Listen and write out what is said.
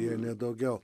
jei ne daugiau